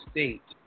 State